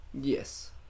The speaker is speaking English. Yes